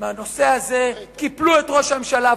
בנושא הזה קיפלו את ראש הממשלה.